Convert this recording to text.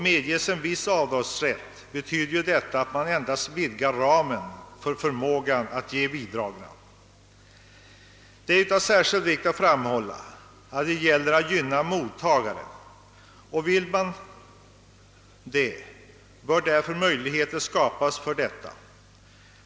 Medges en viss avdragsrätt betyder detta endast att man vidgar ramen för förmågan att ge bidrag. Det är av särskild vikt att framhålla att det gäller att gynna mottagaren. Vill man det, bör naturligtvis möjligheter skapas för detta.